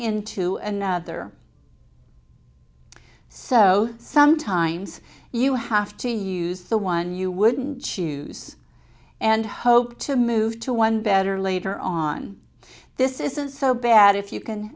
into another so sometimes you have to use the one you wouldn't choose and hope to move to one better later on this isn't so bad if you can